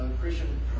Christian